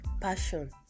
Passion